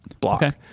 block